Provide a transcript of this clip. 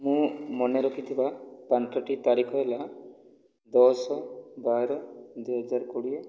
ମୁଁ ମନେ ରଖିଥିବା ପାଞ୍ଚୋଟି ତାରିଖ ହେଲା ଦଶ ବାର ଦୁଇହଜାର କୋଡ଼ିଏ